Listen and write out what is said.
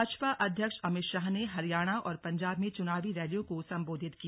भाजपा अध्यक्ष अमित शाह ने हरियाणा और पंजाब में चुनावी रैलियों को संबोधित किया